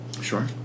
Sure